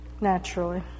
naturally